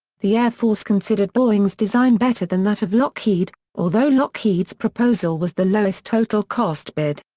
the air force considered boeing's design better than that of lockheed, although lockheed's proposal was the lowest total cost bid.